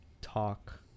talk